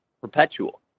perpetual